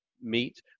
meet